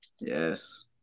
Yes